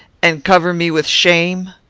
and cover me with shame?